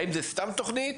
האם זו סתם תוכנית?